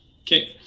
Okay